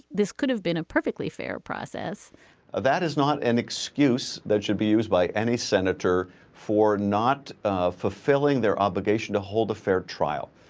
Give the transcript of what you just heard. this could have been a perfectly fair process that is not an excuse that should be used by any senator for not ah fulfilling their obligation to hold a fair trial.